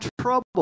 trouble